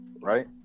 right